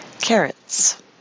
Carrots